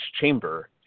Chamber